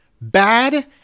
Bad